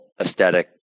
aesthetic